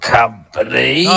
company